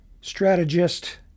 strategist